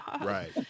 Right